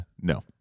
no